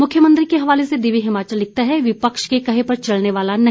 मुख्यमंत्री के हवाले से दिव्य हिमाचल लिखता है विपक्ष के कहे पर चलने वाला नहीं